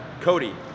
Cody